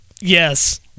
Yes